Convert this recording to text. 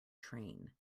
train